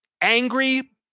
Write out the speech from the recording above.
angry